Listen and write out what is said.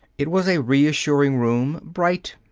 it was a reassuring room, bright,